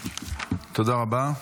תודה רבה.